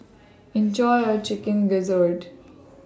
Enjoy your Chicken Gizzard